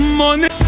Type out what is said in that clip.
money